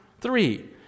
Three